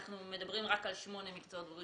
אנחנו מדברים רק על שמונה מקצועות בריאות